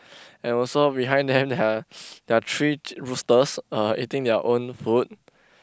and also behind them there are there are three roosters uh eating their own food